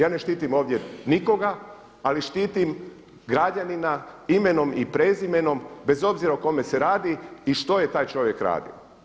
Ja ne štitim ovdje nikoga ali štitim građanina imenom i prezimenom bez obzira o kome se radi i što je taj čovjek radio.